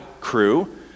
crew